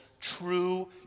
true